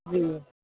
جی